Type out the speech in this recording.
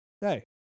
hey